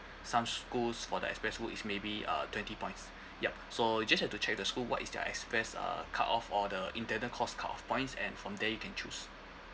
some schools for the express school is maybe uh twenty points yup so just have to check with the school what is their express uh cut off or the internal course cut off points and from there you can choose